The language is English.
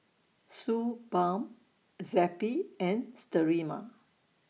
Suu Balm Zappy and Sterimar